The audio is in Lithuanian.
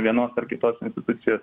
vienos ar kitos institucijos